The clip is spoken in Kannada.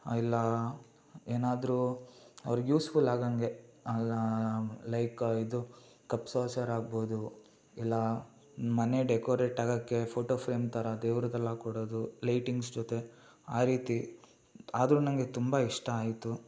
ಇಲ್ಲ ಏನಾದರೂ ಅವ್ರ್ಗೆ ಯೂಸ್ಫುಲ್ ಆಗೋಂಗೆ ಅಲ್ಲ ಲೈಕ ಇದು ಕಪ್ ಸಾಸರ್ ಆಗ್ಬೋದು ಇಲ್ಲ ಮನೆ ಡೆಕೊರೇಟಾಗೋಕ್ಕೆ ಫೋಟೋ ಫ್ರೇಮ್ ಥರ ದೇವ್ರದ್ದೆಲ್ಲ ಕೊಡೋದು ಲೈಟಿಂಗ್ಸ್ ಜೊತೆ ಆ ರೀತಿ ಆದರೂ ನನಗೆ ತುಂಬ ಇಷ್ಟ ಆಯಿತು